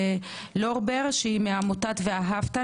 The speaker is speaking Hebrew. לורבר, מעמותת ואהבת,